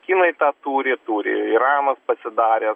kinai tą turi turi iranas pasidarę